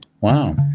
Wow